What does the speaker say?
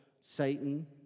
Satan